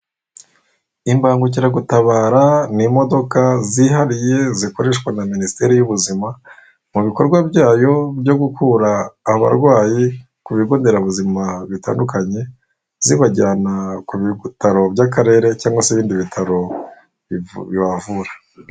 Imbangukiragutabara ni imodoka zihariye zikoreshwa na minisiteri y'ubuzima mu bikorwa byayo byo gukura abarwayi ku bigonderabuzima bitandukanye zibajyana ku bitaro by'akarere cyangwa se ibindi bitaro bibavura.